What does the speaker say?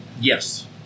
Yes